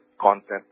content